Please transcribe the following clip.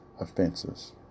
offenses